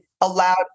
allowed –